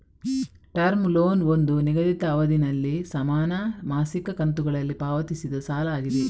term loan ಒಂದು ನಿಗದಿತ ಅವಧಿನಲ್ಲಿ ಸಮಾನ ಮಾಸಿಕ ಕಂತುಗಳಲ್ಲಿ ಪಾವತಿಸಿದ ಸಾಲ ಆಗಿದೆ